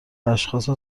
اشخاص